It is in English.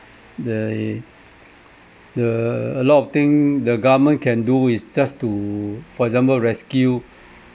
they the a lot of thing the government can do is just to for example rescue